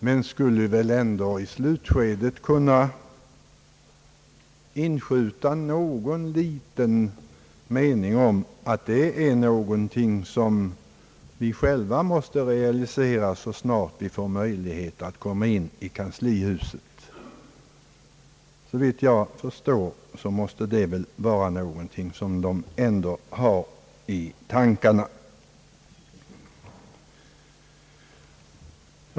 Man skulle väl ändå i slutskedet kunna inskjuta någon liten mening om vad det är för någonting som man själv måste realisera så snart man får möjlighet att komma in i kanslihuset. Såvitt jag förstår måste det väl ändå vara någonting sådant som oppositionen har i tankarna.